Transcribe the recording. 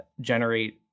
generate